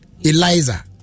Eliza